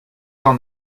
tant